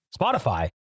Spotify